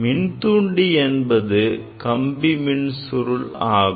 மின்தூண்டி என்பது கம்பி சுருள் ஆகும்